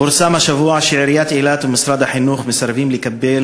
פורסם השבוע שעיריית אילת ומשרד החינוך מסרבים לקבל